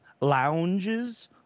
lounges